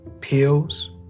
pills